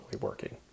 working